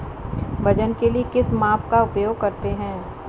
वजन के लिए किस माप का उपयोग करते हैं?